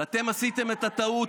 ואתם עשיתם את הטעות,